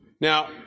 Now